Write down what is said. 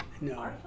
No